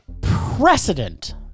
precedent